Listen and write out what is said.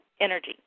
energy